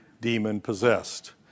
demon-possessed